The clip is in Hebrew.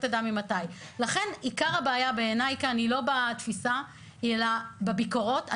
לכן עיקר הבעיה כאן היא לא בתפיסה אלא בביקורות.